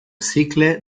cicle